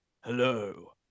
Hello